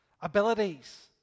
abilities